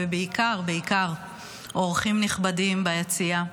ובעיקר בעיקר אורחים נכבדים ביציע,